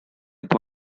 with